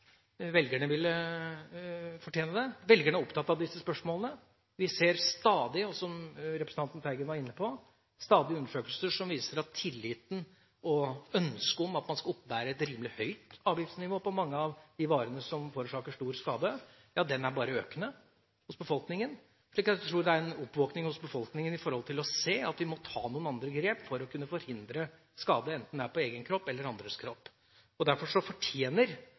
Velgerne hadde fortjent det. Velgerne er opptatt av disse spørsmålene. Vi ser stadig – som representanten Teigen var inne på – undersøkelser som viser at ønsket om at man skal oppebære et rimelig høyt avgiftsnivå på mange av de varene som forårsaker stor skade, er økende hos befolkningen. Jeg tror det er en oppvåkning hos befolkningen når det gjelder det å se at vi må ta noen andre grep for å forhindre skade på enten egen kropp eller andres kropp. Derfor fortjener denne interpellasjonsdebatten egentlig større oppmerksomhet og